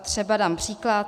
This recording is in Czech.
Třeba dám příklad.